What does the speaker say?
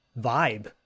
vibe